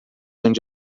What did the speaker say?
onde